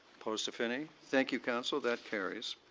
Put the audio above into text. opposed, if any. thank you, council, that carries.